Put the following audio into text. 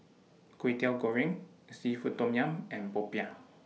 Kwetiau Goreng Seafood Tom Yum and Popiah